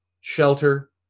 shelter